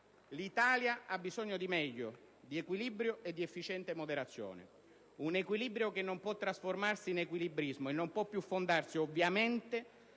L'Italia ha bisogno di meglio, di equilibrio e di efficiente moderazione. Un equilibrio che non può trasformarsi in equilibrismo e non può più fondarsi, ovviamente,